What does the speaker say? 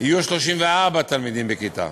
יהיו 34 תלמידים בכיתה.